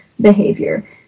behavior